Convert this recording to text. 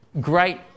great